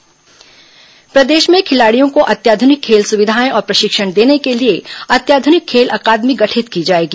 खेल विकास प्राधिकरण प्रदेश में खिलाड़ियों को अत्याधुनिक खेल सुविधाएं और प्रशिक्षण देने के लिए अत्याधुनिक खेल अकादमी गठित की जाएगी